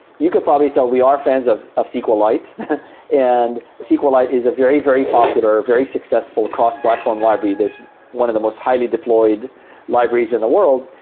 you can probably tell we are friends of of sqlite, and sqlite is a very, very popular, very successful cross-platform library. it's one of the most highly deployed libraries in the world.